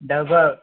double